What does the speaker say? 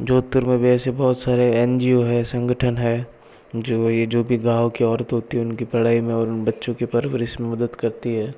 जोधपुर में वैसे बहुत सारे एन जी ओ है संगठन है जो ये जो भी गाँव की औरतें होती है उनकी पढाई में और उन बच्चों की परवरिश में मदद करती है